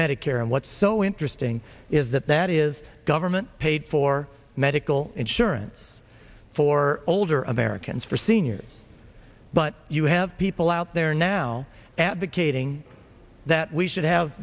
medicare and what's so interesting is that that is government paid for medical insurance for older americans for seniors but you have people out there now advocating that we should have